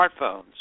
smartphones